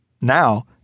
Now